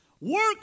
work